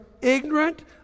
ignorant